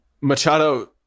Machado